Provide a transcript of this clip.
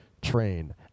train